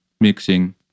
mixing